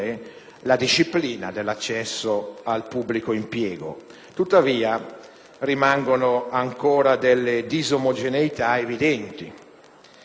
la disciplina dell'accesso al pubblico impiego. Tuttavia, rimangono ancora delle disomogeneità evidenti.